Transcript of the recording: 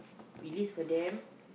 we list for them